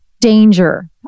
danger